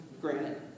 Granted